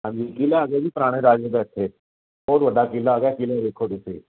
ਹਾਂਜੀ ਕਿਲਾ ਆ ਜੀ ਪੁਰਾਣੇ ਰਾਜੇ ਦਾ ਇੱਥੇ ਬਹੁਤ ਵੱਡਾ ਕਿਲਾ ਹੈਗਾ ਕਿਲਾ ਵੇਖੋ ਉੱਥੇ